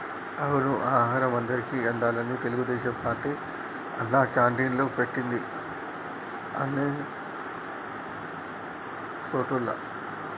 అవును ఆహారం అందరికి అందాలని తెలుగుదేశం పార్టీ అన్నా క్యాంటీన్లు పెట్టింది అన్ని సోటుల్లా